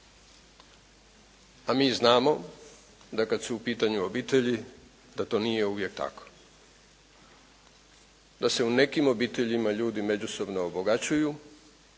a mi znamo da kada su u pitanju obitelji, da to nije uvijek tamo. Da se u nekim obiteljima ljudi međusobno obogaćuju